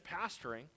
pastoring